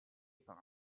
par